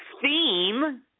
theme